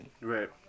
Right